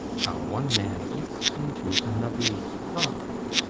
how one man eats into another's pride,